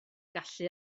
gallu